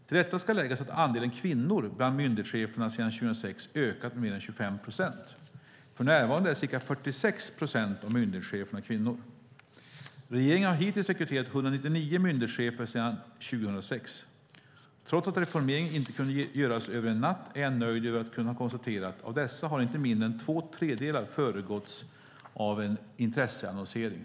Till detta ska läggas att andelen kvinnor bland myndighetscheferna sedan 2006 ökat med mer än 25 procent. För närvarande är ca 46 procent av myndighetscheferna kvinnor. Sedan 2006 har regeringen rekryterat 199 myndighetschefer. Trots att reformeringen inte kunde göras över en natt är jag nöjd över att kunna konstatera att inte mindre än två tredjedelar av dessa rekryteringar har föregåtts av en intresseannonsering.